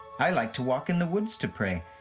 i like to walk in the woods to pray.